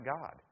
God